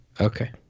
Okay